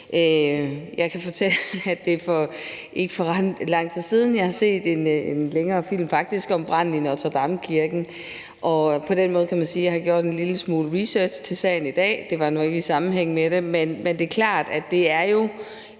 Jeg kan fortælle, at det ikke er ret lang tid siden, at jeg faktisk har set en længere film om branden i Notre Dame-kirken, og på den måde kan man sige jeg har gjort en lille smule research i forhold til sagen i dag. Det var nu ikke i sammenhæng med det, men det er klart, at det jo